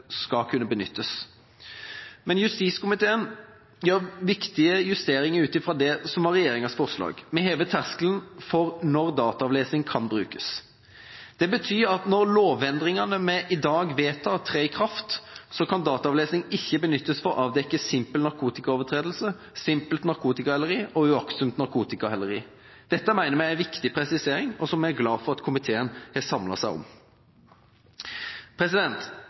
skal kunne benyttes. Men justiskomiteen gjør viktige justeringer ut fra det som var regjeringas forslag. Vi hever terskelen for når dataavlesning kan brukes. Det betyr at når lovendringene vi i dag vedtar, trer i kraft, kan dataavlesning ikke benyttes for å avdekke simpel narkotikaovertredelse, simpelt narkotikaheleri og uaktsomt narkotikaheleri. Dette mener vi er en viktig presisering, som vi er glad for at komiteen har samlet seg om.